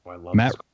Matt